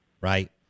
right